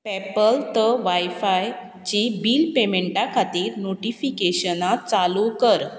Apple त वायफायची bill पेमॅंटा खातीर नोटिफिकेशनां चालू कर